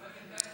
אולי בינתיים,